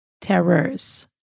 Terrors